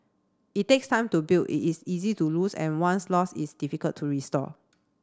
it takes time to build it is easy to lose and once lost is difficult to restore